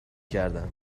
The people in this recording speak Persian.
کردم